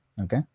okay